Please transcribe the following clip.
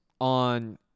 on